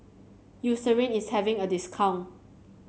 Eucerin is having a discount